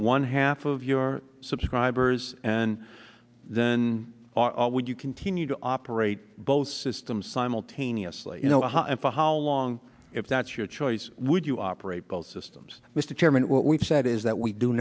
one half of your subscribers and then would you continue to operate both systems simultaneously you know and for how long if that's your choice would you operate both systems mr chairman what we've said is that we do